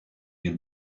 her